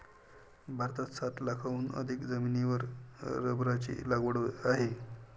भारतात सात लाखांहून अधिक जमिनीवर रबराची लागवड आहे